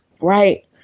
right